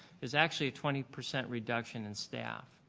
it's actually a twenty percent reduction in staff.